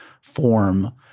form